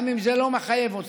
גם אם זה לא מחייב אותה,